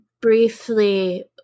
briefly